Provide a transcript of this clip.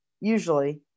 usually